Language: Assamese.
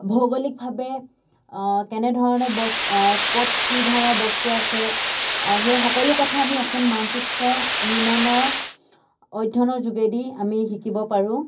ভৌগোলিকভাৱে কেনেধৰণে বস ক'ত কি ধৰণৰ বস্তু আছে সেই সকলো কথা আমি এখন মানচিত্ৰ নিৰ্মাণৰ অধ্যয়নৰ যোগেদি আমি শিকিব পাৰোঁ